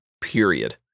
period